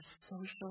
social